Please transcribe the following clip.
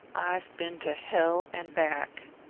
i've been to hell and back.